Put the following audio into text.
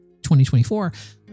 2024